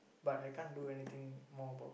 but I can't do anything more about